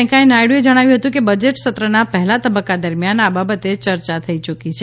વેંકૈયા નાયડુએ જણાવ્યું હતું કે બજેટ સત્રના પહેલા તબક્કા દરમિયાન આ બાબતે ચર્ચા થઈ યૂકી છે